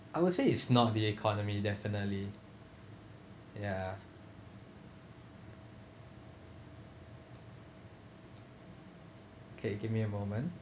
I would say it's not the economy definitely ya K give me a moment